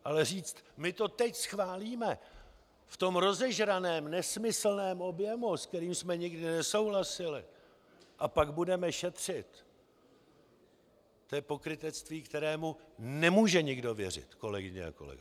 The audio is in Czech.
Ale říct: My to teď schválíme, v tom rozežraném, nesmyslném objemu, s kterým jsme nikdy nesouhlasili, a pak budeme šetřit to je pokrytectví, kterému nemůže nikdo věřit, kolegyně a kolegové!